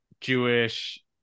Jewish